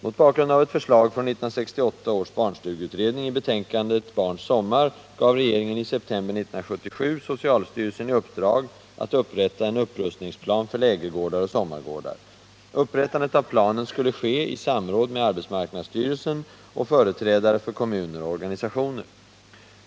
Mot bakgrund av ett förslag från 1968 års barnstugeutredning i betänkandet Barns sommar gav regeringen i september 1977 socialstyrelsen i uppdrag att upprätta en upprustningsplan för lägergårdar och sommargårdar. Upprättandet av planen skulle ske i samråd med arbetsmarknadsstyrelsen och företrädare för kommuner och organisationer.